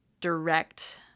direct